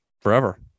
forever